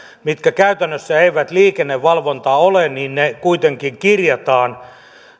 mitkä käytännössä eivät liikennevalvontaa ole kuitenkin kirjataan